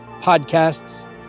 podcasts